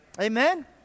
amen